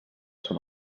són